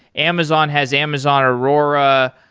amazon has amazon aurora.